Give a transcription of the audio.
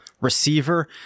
receiver